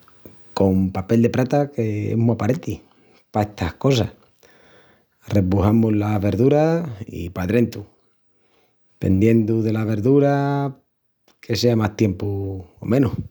Con papel de prata, qu’es mu aparenti pa estas cosas. Arrebujamus las verduras i padrentu. Pendiendu dela verdura que sea más tiempu o menus.